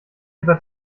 etwa